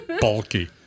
bulky